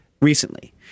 recently